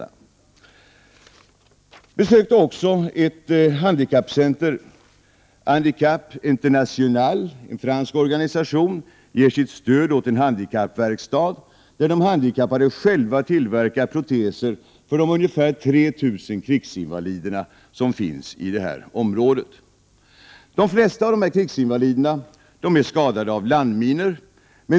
Jag besökte också ett handikappcenter. Handicap International, en fransk organisation, ger sitt stöd åt en handikappverkstad, där de handikappade själva tillverkar proteser för de ungefär 3 000 krigsinvalider som finns i detta område. De flesta av dessa krigsinvalider är skadade av landminor.